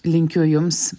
linkiu jums